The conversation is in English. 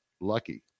lucky